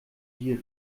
die